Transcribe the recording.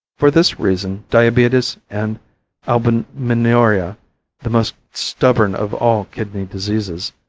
for this reason diabetes and albuminuria, the most stubborn of all kidney diseases,